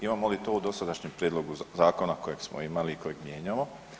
Imamo li to u dosadašnjem prijedlogu zakona kojeg smo imali i kojeg mijenjamo?